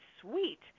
sweet